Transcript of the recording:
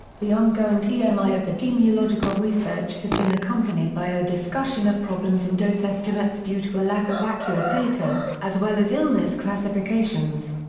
the ongoing yeah tmi epidemiological research has been accompanied by a discussion of problems in dose estimates due to a lack of accurate data, as well as illness classifications.